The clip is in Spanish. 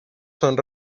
son